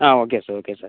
ah okay sir okay sir